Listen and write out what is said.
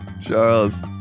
charles